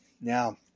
Now